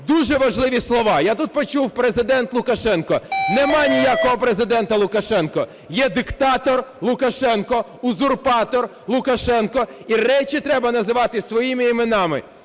Дуже важливі слова я тут почув – "Президент Лукашенко". Немає ніякого Президента Лукашенка, є диктатор Лукашенко, узурпатор Лукашенко. І речі треба називати своїми іменами.